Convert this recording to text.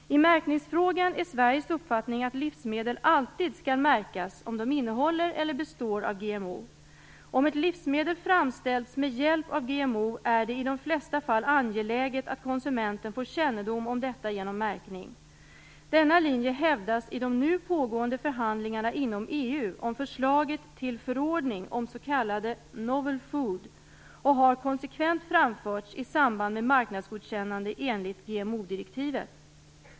I märkningsfrågan är Sveriges uppfattning att livsmedel alltid skall märkas om de innehåller eller består av GMO. Om ett livsmedel framställs med hjälp av GMO är det i de flesta fall angeläget att konsumenten får kännedom om detta genom märkning. Denna linje hävdas i de nu pågående förhandlingarna inom EU om förslaget till förordning om s.k. novel food och har konsekvent framförts i samband med marknadsgodkännande enligt GMO-direktivet.